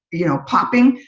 you know, popping,